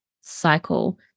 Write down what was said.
cycle